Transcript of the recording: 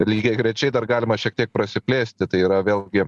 ir lygiagrečiai dar galima šiek tiek prasiplėsti tai yra vėlgi